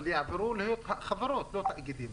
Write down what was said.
אבל יעברו לחברות, לא לתאגידים.